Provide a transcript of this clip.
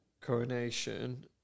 coronation